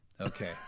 Okay